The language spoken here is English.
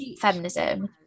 feminism